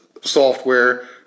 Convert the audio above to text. Software